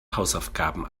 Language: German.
hausaufgaben